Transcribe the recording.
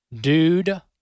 dude-